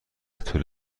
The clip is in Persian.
طول